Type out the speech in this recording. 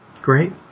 Great